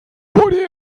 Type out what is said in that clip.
heute